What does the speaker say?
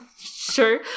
Sure